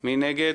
מי נגד?